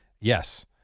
Yes